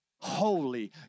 holy